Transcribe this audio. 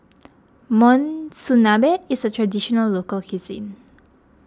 Monsunabe is a Traditional Local Cuisine